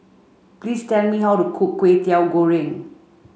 please tell me how to cook Kwetiau Goreng